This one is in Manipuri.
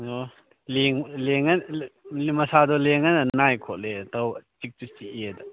ꯑꯣ ꯃꯁꯥꯗꯣ ꯂꯦꯡꯉꯒꯅ ꯅꯥꯏꯌꯦ ꯈꯣꯠꯂꯦ ꯇꯧꯕ ꯆꯤꯛꯁꯨ ꯆꯤꯛꯑꯦꯗ